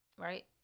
Right